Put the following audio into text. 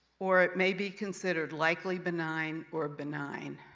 or it may be considered likely benign or benign.